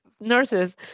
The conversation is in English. Nurses